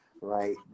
right